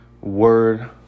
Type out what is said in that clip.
word